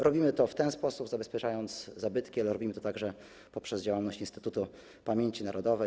Robimy to w ten sposób, że zabezpieczamy zabytki, ale robimy to także poprzez działalność Instytutu Pamięci Narodowej.